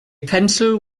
pencil